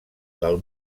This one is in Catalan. del